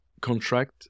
contract